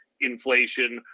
inflation